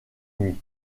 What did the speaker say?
nuit